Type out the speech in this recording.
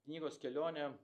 knygos kelionė